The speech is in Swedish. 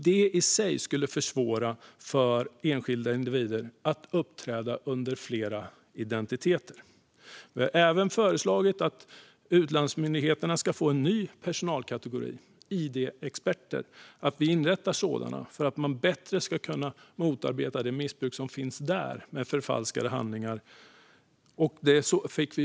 Det i sig skulle försvåra för enskilda individer att uppträda under flera identiteter. Vi har även föreslagit att utlandsmyndigheterna ska få en ny personalkategori: id-experter. De bör inrättas för att bättre kunna motarbeta det missbruk med förfalskade identitetshandlingar som finns där.